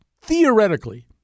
theoretically